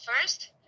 first